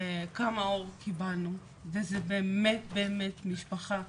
וכמה אור קיבלנו וזה באמת באמת משפחה,